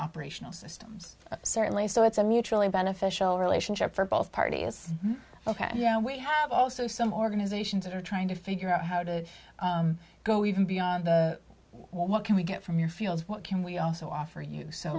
operational systems certainly so it's a mutually beneficial relationship for both parties ok yeah we have also some organizations that are trying to figure out how to go even beyond what can we get from your fields what can we also offer you so